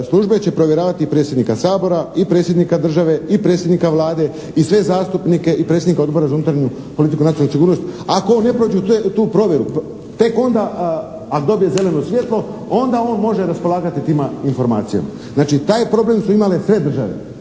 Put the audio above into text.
službe će provjeravati predsjednika Sabora i Predsjednika države i predsjednika Vlade i sve zastupnike i predsjednika Odbora za unutarnju politiku i nacionalnu sigurnost. Ako ne prođu tu provjeru, tek onda, a dobije zeleno svjetlo, onda on može raspolagati tim informacijama. Znači taj problem su imale sve države,